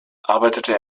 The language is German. arbeitete